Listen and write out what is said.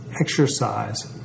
Exercise